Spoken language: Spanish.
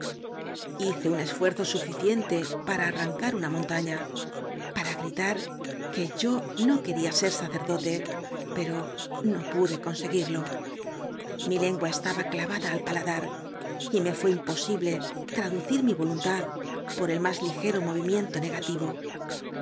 hice un esfuerzo suñcíente para arrancar una montana para gritar que yo no quería ser sacerdote pero no pude conseguirlo mi iengfua estaba clavada al paladar y me fué imposible traducir mi voluntad por el más ligero movi miento negativo